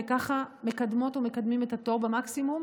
וככה מקדמות ומקדמים את התור במקסימום.